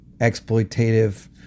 exploitative